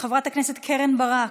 חברת הכנסת קרן ברק,